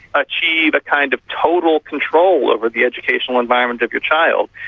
achieve a kind of total control over the education environment of your child,